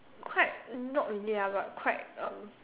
quite not really ya but quite um